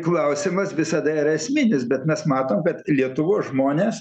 klausimas visada yra esminis bet mes matom bet lietuvos žmonės